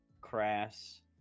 crass